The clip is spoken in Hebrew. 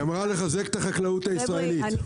היא אמרה לחזק את החקלאות הישראלית.